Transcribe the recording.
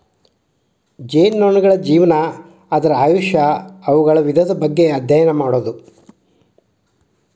ಜೇನುನೊಣಗಳ ಜೇವನಾ, ಅದರ ಆಯುಷ್ಯಾ, ಅವುಗಳ ವಿಧದ ಬಗ್ಗೆ ಅದ್ಯಯನ ಮಾಡುದು